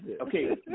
okay